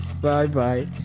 Bye-bye